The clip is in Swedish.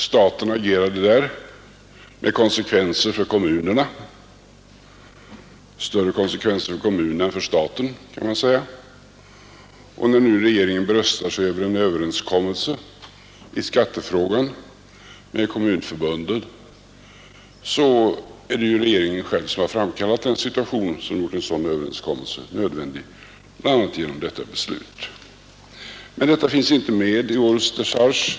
Staten agerade där med konsekvenser för kommunerna — större för kommunerna än för staten, kan man säga. När nu regeringen bröstar sig över en överenskommelse i skattefrågan med Kommunförbundet bör man hålla i minnet att det är regeringen själv som har framkallat den situation som gjort en sådan överenskommelse nödvändig, bl.a. genom detta beslut. Men detta finns inte med i årets decharge.